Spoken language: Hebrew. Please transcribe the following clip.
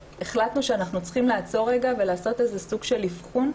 החלטנו שאנחנו צריכים לעצור רגע ולעשות איזה שהוא סוג של אבחון,